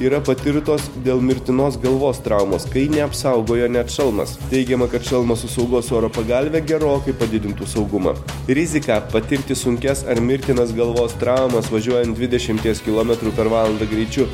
yra patirtos dėl mirtinos galvos traumos kai neapsaugojo net šalmas teigiama kad šalmas su saugos oro pagalve gerokai padidintų saugumą riziką patirti sunkias ar mirtinas galvos traumas važiuojant dvidešimties kilometrų per valandą greičiu